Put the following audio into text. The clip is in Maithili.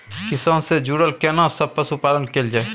किसान से जुरल केना सब पशुपालन कैल जाय?